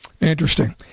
Interesting